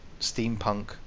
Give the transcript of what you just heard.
steampunk